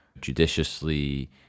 judiciously